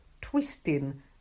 twisting